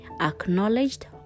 acknowledged